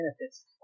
benefits